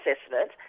assessment